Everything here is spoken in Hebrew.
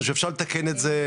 אפשר לתקן את זה.